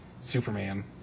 Superman